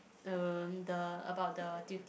uh the about the duty